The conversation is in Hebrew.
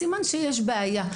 סימן שיש בעיה,